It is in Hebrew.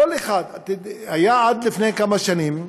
כל אחד היה עד לפני כמה שנים,